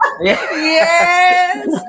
Yes